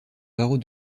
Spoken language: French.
barreau